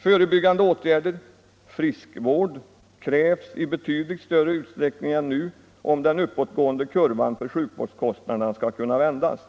Förebyggande åtgärder — friskvård — krävs i betydligt större utsträckning än nu, om den uppåtgående kurvan för sjukvårdskostnaderna skall kunna vändas.